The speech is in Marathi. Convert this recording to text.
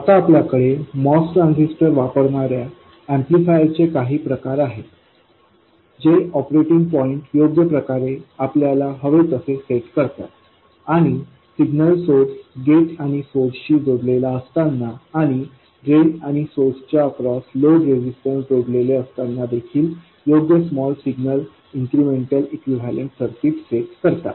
आता आपल्याकडे MOS ट्रान्झिस्टर वापरणाऱ्या एम्प्लीफायर चे काही प्रकार आहेत जे ऑपरेटिंग पॉईंट योग्य प्रकारे आपल्याला हवे तसे सेट करतात आणि सिग्नल सोर्स गेट आणि सोर्स शी जोडलेला असताना आणि ड्रेन आणि सोर्स च्या अक्रॉस लोड रेजिस्टन्स जोडलेले असताना देखील योग्य small signal incremental equivalent circuit set करतात